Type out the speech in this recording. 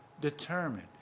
determined